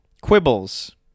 Quibbles